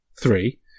three